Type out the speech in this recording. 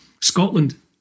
Scotland